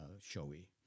showy